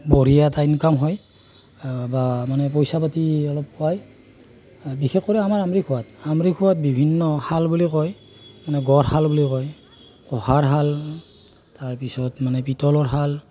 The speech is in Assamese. বঢ়িয়া এটা ইনকাম হয় বা মানে পইচা পাতি অলপ হয় বিশেষকৰি আমাৰ আমৰিখোৱাত আমৰিখোৱাত বিভিন্ন শাল বুলি কয় মানে গঢ়শাল বুলি কয় কঁহাৰ শাল তাৰপিছত মানে পিতলৰ শাল